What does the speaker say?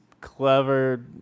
clever